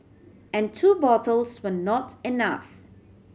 and two bottles were not enough